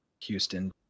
Houston